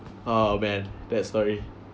oh man bad story